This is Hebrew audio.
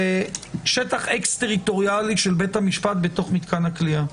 זה שטח אקס טריטוריאלי של בית המשפט במתקן הכליאה.